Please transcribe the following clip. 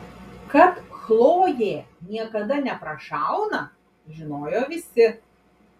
kad chlojė niekada neprašauna žinojo visi